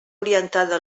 orientada